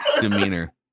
demeanor